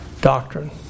Doctrine